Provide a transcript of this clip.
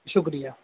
شکریہ